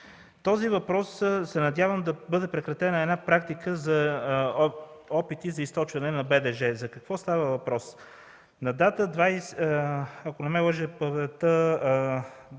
този въпрос се надявам да бъде прекратена една практика за опити за източване на БДЖ. За какво става въпрос? На дата,